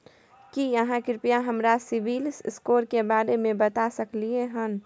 की आहाँ कृपया हमरा सिबिल स्कोर के बारे में बता सकलियै हन?